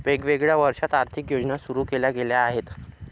वेगवेगळ्या वर्षांत आर्थिक योजना सुरू केल्या गेल्या आहेत